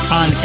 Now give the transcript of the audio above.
on